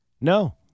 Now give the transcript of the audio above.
No